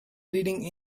leading